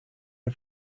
are